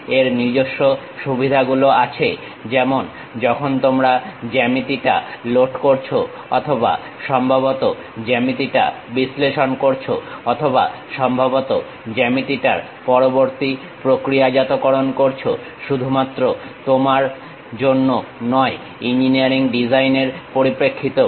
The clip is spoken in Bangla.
এর নিজস্ব সুবিধাগুলো আছে যেমন যখন তোমরা জ্যামিতিটা লোড করছো অথবা সম্ভবত জ্যামিতিটা বিশ্লেষণ করছো অথবা সম্ভবত জ্যামিতিটার পরবর্তী প্রক্রিয়াজাতকরণ করছো শুধু তোমার জন্য নয় ইঞ্জিনিয়ারিং ডিজাইনের পরিপ্রেক্ষিতেও